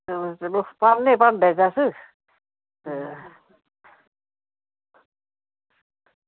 हां चलो पान्ने भांडे च अस ते